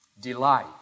Delight